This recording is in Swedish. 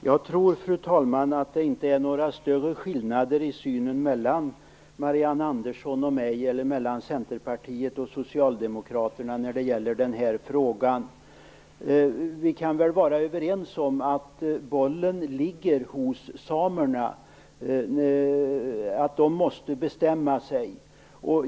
Fru talman! Jag tror inte att det är några större skillnader mellan Marianne Andersson och mig eller mellan Centerpartiet och Socialdemokraterna när det gäller synen på den här frågan. Vi kan vara överens om att bollen ligger hos samerna. De måste bestämma sig.